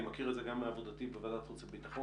אני מכיר את זה גם מעבודתי בוועדת חוץ וביטחון,